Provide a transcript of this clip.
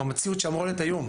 במציאות שאמורה להיות היום,